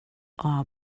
are